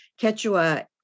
Quechua